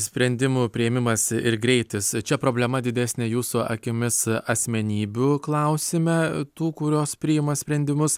sprendimų priėmimas ir greitis čia problema didesnė jūsų akimis asmenybių klausime tų kurios priima sprendimus